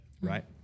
right